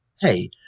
Hey